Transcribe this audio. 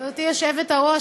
גברתי היושבת-ראש,